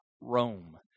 Rome